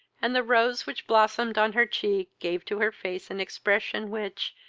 and the rose which blossomed on her cheek gave to her face an expression which,